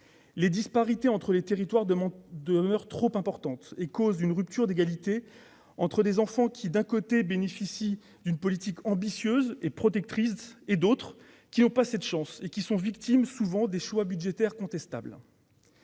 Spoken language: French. Les disparités entre les territoires demeurent trop importantes et causent une rupture d'égalité entre des enfants qui bénéficient de politiques ambitieuses et protectrices et d'autres, qui n'ont pas cette chance et sont victimes de choix budgétaires contestables.